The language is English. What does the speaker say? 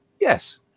yes